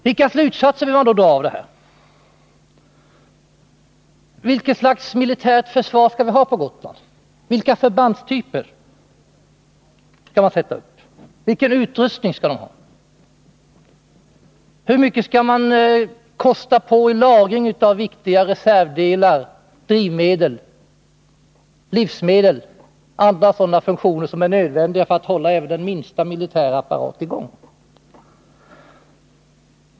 Vilka slutsatser bör man då dra av det här, vilket militärt försvar skall vi ha på Gotland, vilka förbandstyper skall sättas upp och vilken utrustning skall de ha, hur mycket skall man kosta på när det gäller lagring av viktiga reservdelar, drivmedel, livsmedel, alla sådana saker som är nödvändiga för att hålla även den minsta militärapparat i gång?